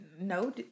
No